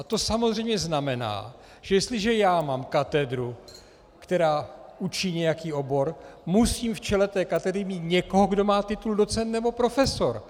To samozřejmě znamená, že jestliže já mám katedru, která učí nějaký obor, musím v čele té katedry mít někoho, kdo má titul docent nebo profesor.